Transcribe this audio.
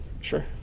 Sure